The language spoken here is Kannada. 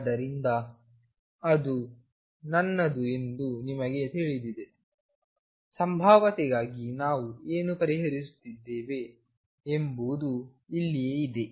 ಆದ್ದರಿಂದ ಅದು ನನ್ನದು ಎಂದು ನಿಮಗೆ ತಿಳಿದಿದೆ ಸಂಭಾವ್ಯತೆಗಾಗಿ ನಾವು ಏನು ಪರಿಹರಿಸುತ್ತಿದ್ದೇವೆ ಎಂಬುದು ಇಲ್ಲಿಯೇ ಇದೆ